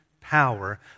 power